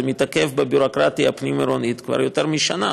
זה מתעכב בביורוקרטיה הפנים-עירונית כבר יותר משנה,